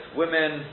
women